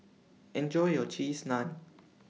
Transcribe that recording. Enjoy your Cheese Naan